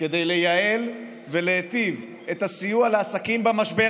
כדי לייעל ולהיטיב את הסיוע לעסקים במשבר